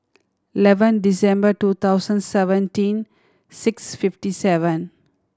eleven December two thousand seventeen six fifty seven